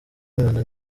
imana